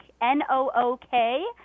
N-O-O-K